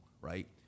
Right